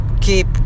keep